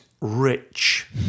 rich